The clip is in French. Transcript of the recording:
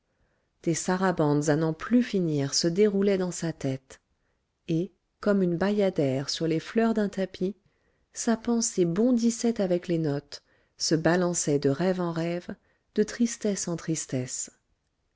des sarabandes à n'en plus finir se déroulaient dans sa tête et comme une bayadère sur les fleurs d'un tapis sa pensée bondissait avec les notes se balançait de rêve en rêve de tristesse en tristesse